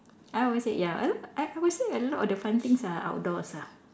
I would say ya a lot I would say a lot of the fun things are outdoors ah